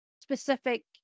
specific